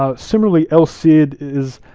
ah similarly, el cid is,